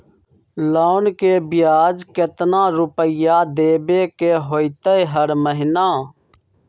Loan के ब्याज कितना रुपैया देबे के होतइ हर महिना?